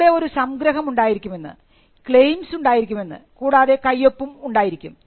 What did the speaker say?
അവിടെ ഒരു സംഗ്രഹം ഉണ്ടായിരിക്കുമെന്ന് ക്ലെയിമ്സ് ഉണ്ടായിരിക്കുമെന്ന് കൂടാതെ കയ്യൊപ്പും ഉണ്ടായിരിക്കും